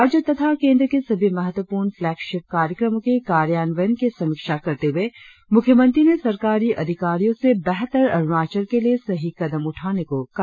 राज्य तथा केंद्र के सभी महत्वपूर्ण फ्लैकशीफ कार्यक्रमों के कार्यान्वयन की समीक्षा करते हुए मुख्यमंत्री ने सरकारी अधिकारियों से बेहतर अरुणाचल के लिए सही कदम उठाने को कहा